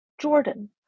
Jordan